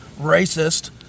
racist